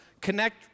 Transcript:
connect